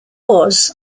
was